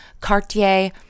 Cartier